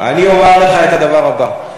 אני אומר לך את הדבר הבא: